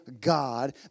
God